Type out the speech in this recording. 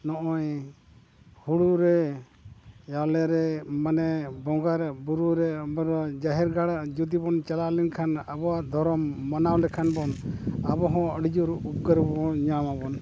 ᱱᱚᱜᱼᱚᱭ ᱦᱩᱲᱩ ᱨᱮ ᱪᱟᱣᱞᱮ ᱨᱮ ᱢᱟᱱᱮ ᱵᱚᱸᱜᱟ ᱨᱮ ᱵᱩᱨᱩ ᱨᱮ ᱟᱵᱚᱫᱚ ᱡᱟᱦᱮᱨ ᱜᱟᱲ ᱡᱩᱫᱤ ᱵᱚᱱ ᱪᱟᱞᱟᱣ ᱞᱮᱱᱠᱷᱟᱱ ᱟᱵᱚᱣᱟᱜ ᱫᱷᱚᱨᱚᱢ ᱢᱟᱱᱟᱣ ᱞᱮᱠᱷᱟᱱ ᱵᱚᱱ ᱟᱵᱚ ᱦᱚᱸ ᱟᱹᱰᱤ ᱡᱳᱨ ᱩᱯᱠᱟᱹᱨ ᱵᱚᱱ ᱧᱟᱢ ᱟᱵᱚᱱ